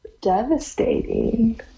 Devastating